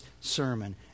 sermon